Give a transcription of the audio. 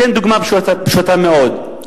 אתן דוגמה פשוטה מאוד.